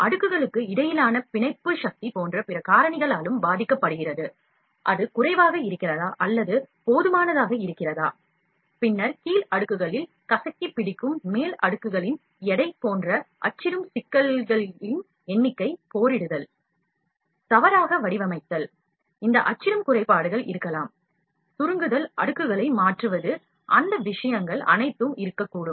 அடுக்குகளுக்கு இடையிலான பிணைப்பு சக்தி போன்ற பிற காரணிகளாலும் பாதிக்கப்படுகிறது அது குறைவாக இருக்கிறதா அல்லது போதுமானதாக இருக்கிறதா பின்னர் கீழ் அடுக்குகளில் கசக்கிப் பிடிக்கும் மேல் அடுக்குகளின் எடை போன்ற அச்சிடும் சிக்கல்களின் எண்ணிக்கை போரிடுதல் தவறாக வடிவமைத்தல் இவ்வகை அச்சிடும் குறைபாடுகள் இருக்கலாம் சுருங்குதல் அடுக்குகளை மாற்றுவது அந்த விஷயங்கள் அனைத்தும் இருக்கக்கூடும்